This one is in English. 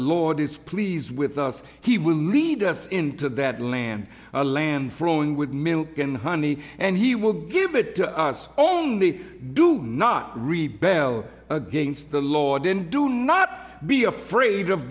lord is please with us he will lead us into that land a land for own with milk and honey and he will give it to us only do not really bell against the law didn't do not be afraid of